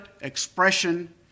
expression